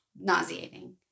nauseating